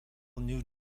new